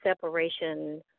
separation